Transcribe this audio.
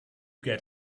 get